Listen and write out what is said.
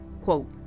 Quote